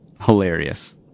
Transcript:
hilarious